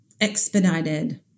expedited